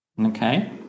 okay